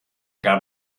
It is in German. gab